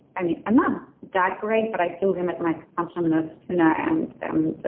i mean i'm not that great, but i do limit my consumption and of tuna and